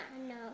no